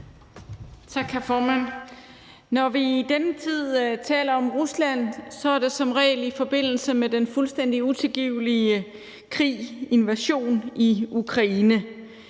Tak, hr. formand. Når vi i denne tid taler om Rusland, er det som regel i forbindelse med den fuldstændig utilgivelige krig og invasion i Ukraine,